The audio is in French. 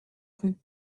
rues